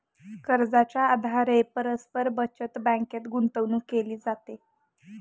कर्जाच्या आधारे परस्पर बचत बँकेत गुंतवणूक केली जाते